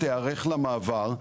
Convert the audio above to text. תיערך למעבר,